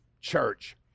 church